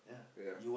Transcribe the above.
ya